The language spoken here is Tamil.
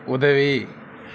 உதவி